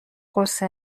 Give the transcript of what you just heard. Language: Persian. غصه